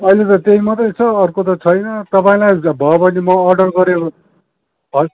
अहिले त त्यही मात्र छ अर्को त छैन तपाईँलाई भयो भने म अर्डर गरे